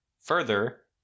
Further